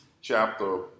chapter